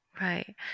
Right